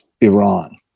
Iran